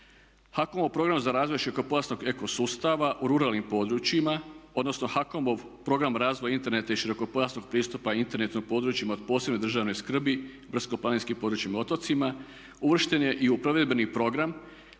HAKOM-ov program za razvoj širokopojasnog eko sustava u ruralnim područjima, odnosno HAKOM-ov program razvoja interneta i širokopojasnog pristupa internetu na područjima od posebne državne skrbi, brdsko-planinskim područjima i otocima uvršten je i u provedbeni program